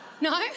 No